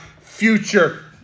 future